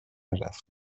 رفته